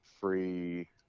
free